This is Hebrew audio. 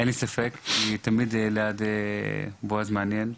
אין לי ספק שתמיד ליד בועז מעניין,